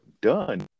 done